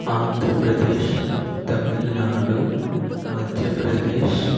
Andhra Pradesh Tamil Nadu Madhya Pradesh